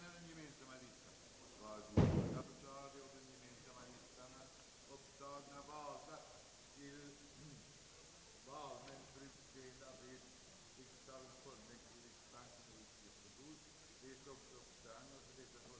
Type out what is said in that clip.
Vardera = listan upptar namn på så många personer som det ifrågavarande valet avser. Undertecknad hemställer härmed om befrielse från uppdraget som suppleant i styrelsen för riksdagens förvaltningskontor.